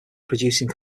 producing